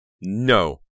No